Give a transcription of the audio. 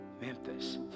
Memphis